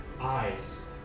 eyes